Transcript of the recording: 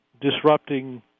disrupting